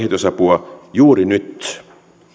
kehitysapua juuri nyt